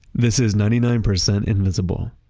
this is ninety nine percent invisible.